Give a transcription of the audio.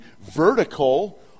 vertical